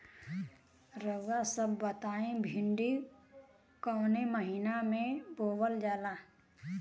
रउआ सभ बताई भिंडी कवने महीना में बोवल जाला?